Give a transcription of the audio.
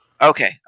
Okay